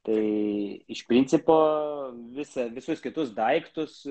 tai iš principo visa visus kitus daiktus